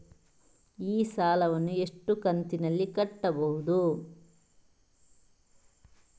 ಈ ಸಾಲವನ್ನು ಎಷ್ಟು ಕಂತಿನಲ್ಲಿ ಕಟ್ಟಬಹುದು?